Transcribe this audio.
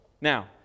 Now